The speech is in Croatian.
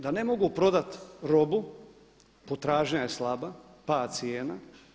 Da ne mogu prodati robu, potražnja je slaba, pad cijena.